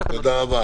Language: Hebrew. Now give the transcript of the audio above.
תודה.